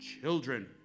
children